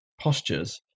postures